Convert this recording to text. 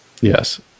Yes